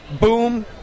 boom